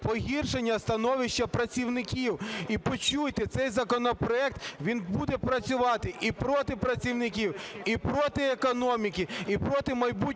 погіршення становища працівників. І почуйте, цей законопроект, він буде працювати і проти працівників, і проти економіки, і проти майбутнього